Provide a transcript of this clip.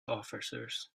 officers